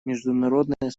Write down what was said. международное